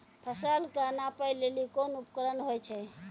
फसल कऽ नापै लेली कोन उपकरण होय छै?